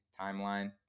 timeline